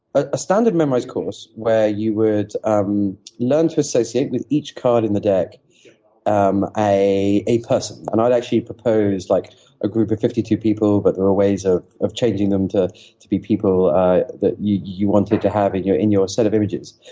a standard memorize course where you would um learn to associate with each card in the deck um a a person. and i'd actually propose like a group of fifty two people where but there are ways ah of changing them to to be people that you you wanted to have in your in your set of images.